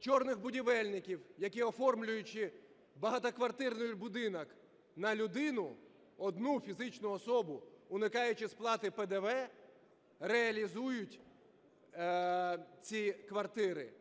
"чорних" будівельників, які, оформлюючи багатоквартирний будинок на людину, одну фізичну особу, уникаючи сплати ПДВ, реалізують ці квартири